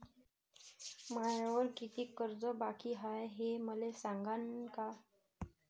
मायावर कितीक कर्ज बाकी हाय, हे मले सांगान का?